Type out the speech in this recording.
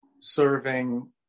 serving